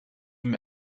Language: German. ihm